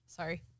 Sorry